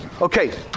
Okay